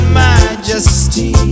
majesty